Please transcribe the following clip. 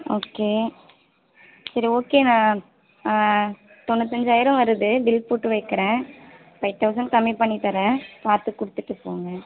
okay சரி okay நான் தொண்ணுற்றி அஞ்சாயிரம் வருது நான் பில் போட்டு வைக்கிறேன் ஃபைவ் தௌசண்ட் கம்மி பண்ணித்தரேன் பார்த்து கொடுத்துட்டு போங்க